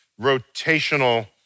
rotational